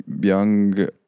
young